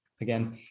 again